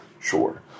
Sure